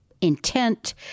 intent